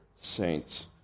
saints